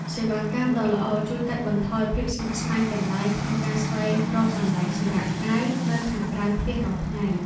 សេវាកម្មដ៏ល្អជួយកាត់បន្ថយភាពស្មុគស្មាញទាំងឡាយក្នុងការស្វែងរកកន្លែងសម្រាកកាយនៅខាងក្រៅផ្ទះរាល់ថ្ងៃ។